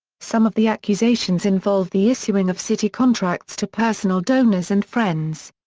some of the accusations involve the issuing of city contracts to personal donors and friends.